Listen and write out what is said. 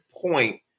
point